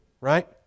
right